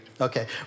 Okay